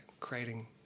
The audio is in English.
creating